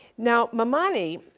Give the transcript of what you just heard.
now, mamani,